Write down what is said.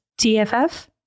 TFF